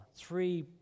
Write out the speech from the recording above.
Three